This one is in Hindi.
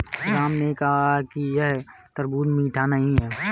राम ने कहा कि यह तरबूज़ मीठा नहीं है